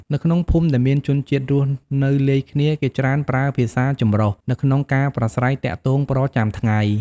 នៅក្នុងភូមិដែលមានជនជាតិរស់នៅលាយគ្នា គេច្រើនប្រើភាសាចម្រុះនៅក្នុងការប្រាស្រ័យទាក់ទងប្រចាំថ្ងៃ។